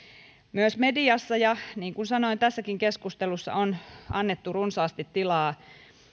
myös mediassa ja niin kuin sanoin tässäkin keskustelussa on annettu runsaasti tilaa